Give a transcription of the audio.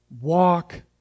walk